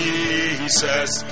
Jesus